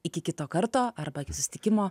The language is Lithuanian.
iki kito karto arba iki susitikimo